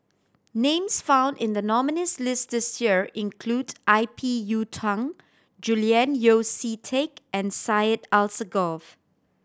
names found in the nominees' list this year include I P Yiu Tung Julian Yeo See Teck and Syed Alsagoff